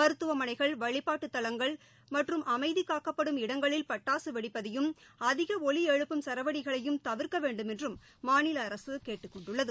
மருத்துவமனைகள் வழிபாட்டுத் தலங்கள் மற்றும் அமைதி காக்கப்படும் இடங்களில் பட்டாக வெடிப்பதையும் அதிக ஒலி எழுப்பும் சரவெடிகளையும் தவிர்க்க வேண்டுமென்றும் மாநில அரசு கேட்டுக் கொண்டுள்ளது